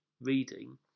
reading